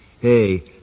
Hey